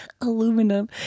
Aluminum